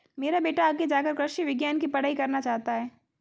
मेरा बेटा आगे जाकर कृषि विज्ञान की पढ़ाई करना चाहता हैं